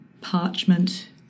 parchment